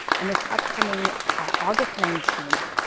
and this upcoming august nineteenth,